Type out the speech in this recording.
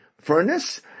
furnace